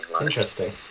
interesting